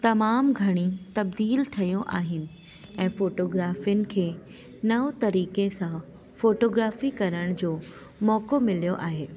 तमामु घणी तब्दील थियूं आहिनि ऐं फ़ोटोग्राफ़िनि खे नओं तरीक़े सां फ़ोटोग्राफ़ी करण जो मौक़ो मिल्यो आहे